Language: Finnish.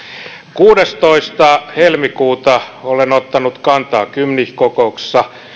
kuudestoista helmikuuta olen ottanut kantaa gymnich kokouksessa